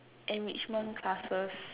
enrichment classes